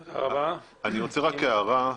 הערה.